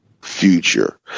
future